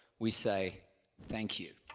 we say thank you.